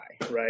right